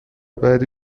بعدی